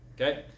Okay